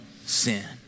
sin